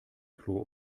klo